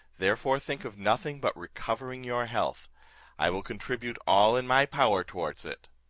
therefore think of nothing but recovering your health i will contribute all in my power towards it.